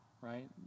right